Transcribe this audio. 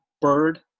Bird